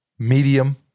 Medium